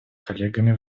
коллегами